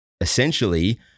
Essentially